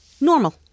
normal